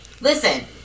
listen